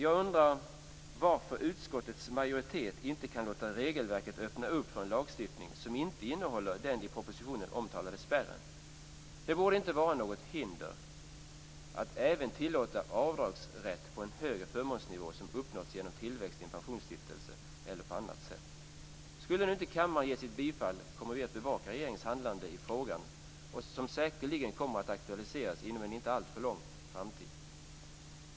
Jag undrar varför utskottets majoritet inte kan låta regelverket öppna för en lagstiftning som inte innehåller den i propositionen omtalade spärren. Det borde inte vara något hinder att även tillåta avdragsrätt på en högre förmånsnivå som uppnåtts genom tillväxt i en pensionsstiftelse eller på annat sätt. Skulle nu inte kammaren ge sitt bifall kommer vi att bevaka regeringens handlande i frågan som säkerligen kommer att aktualiseras inom en inte alltför avlägsen framtid.